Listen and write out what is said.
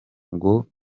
ngo